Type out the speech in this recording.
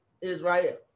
Israel